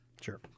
Sure